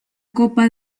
copa